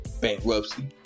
Bankruptcy